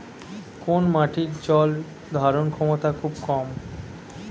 কোন মাটির জল ধারণ ক্ষমতা খুব কম?